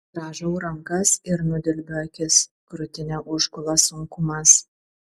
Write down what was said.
grąžau rankas ir nudelbiu akis krūtinę užgula sunkumas